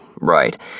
right